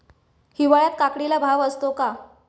हिवाळ्यात काकडीला भाव असतो का?